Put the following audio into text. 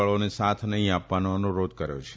બળોને સાથ નહી આપવાનો અનુરોધ કર્યો છે